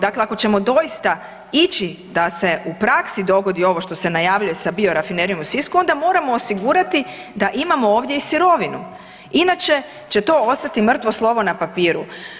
Dakle ako ćemo doista ići da se u praksi dogodi ovo što se najavljuje sa Biorafinerijom u Sisku onda moramo osigurati da imamo ovdje i sirovinu inače će to ostati mrtvo slovo na papiru.